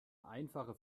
einfache